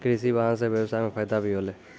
कृषि वाहन सें ब्यबसाय म फायदा भी होलै